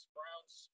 Browns